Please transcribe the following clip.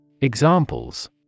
Examples